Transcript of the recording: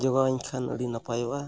ᱡᱚᱜᱟᱲᱟᱹᱧ ᱠᱷᱟᱱ ᱟᱹᱰᱤ ᱱᱟᱯᱟᱭᱚᱜᱼᱟ